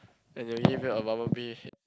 and they'll give you a Bumblebee